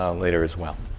um later as well.